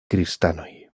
kristanoj